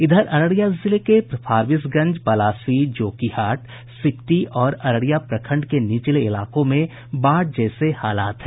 इधर अररिया जिले में फारबिसगंज पलासी जोकिहाट सिकटी और अररिया प्रखंड के निचले इलाकों में बाढ़ जैसे हालात हैं